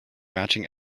matching